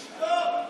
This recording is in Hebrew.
תשתוק.